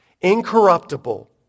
incorruptible